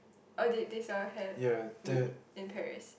or did they sell hare meat in Paris